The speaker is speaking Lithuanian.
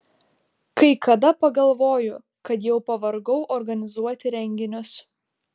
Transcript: kai kada pagalvoju kad jau pavargau organizuoti renginius